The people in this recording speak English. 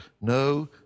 no